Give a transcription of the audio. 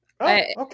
okay